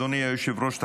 אדוני היושב-ראש,